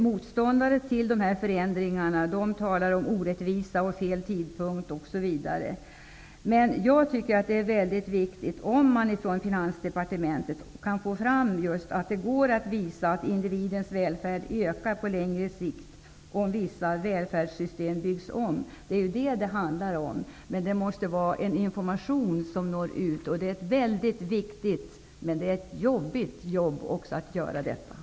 Motståndare till förändringarna talar om orättvisa, fel tidpunkt osv. Jag tycker att det är väldigt viktigt att man från Finansdepartementet visar, om det går, att individens välfärd ökar på längre sikt om vissa välfärdssystem byggs om. Det är detta det handlar om, men information om detta måste nå ut. Det är ett väldigt viktigt men svårt arbete.